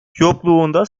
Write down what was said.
yokluğunda